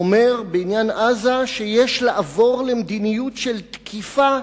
אומר בעניין עזה שיש לעבור למדיניות של תקיפה,